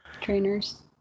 Trainers